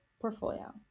portfolio